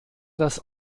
das